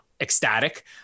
ecstatic